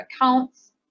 accounts